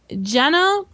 jenna